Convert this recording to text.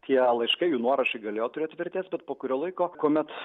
tie laiškai jų nuorašai galėjo turėti vertės bet po kurio laiko kuomet